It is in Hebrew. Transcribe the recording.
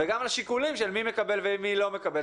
וגם לשיקולים של מי מקבל ומי לא מקבל.